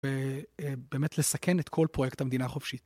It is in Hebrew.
ובאמת לסכן את כל פרויקט המדינה החופשית.